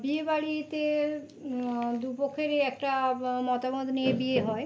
বিয়েবাড়িতে দু পক্ষেরই একটা মতামত নিয়ে বিয়ে হয়